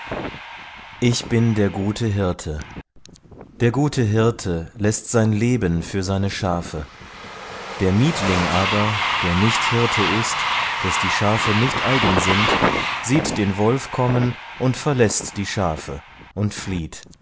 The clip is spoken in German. ich bin der gute hirte der gute hirte läßt sein leben für seine schafe der mietling aber der nicht hirte ist des die schafe nicht eigen sind sieht den wolf kommen und verläßt die schafe und flieht